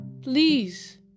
please